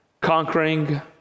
conquering